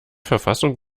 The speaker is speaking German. verfassung